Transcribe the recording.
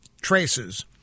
traces